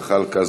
זחאלקה,